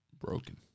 Broken